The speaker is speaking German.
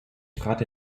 trat